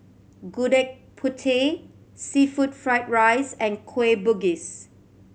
Gudeg Putih seafood fried rice and Kueh Bugis